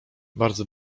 bardzo